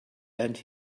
and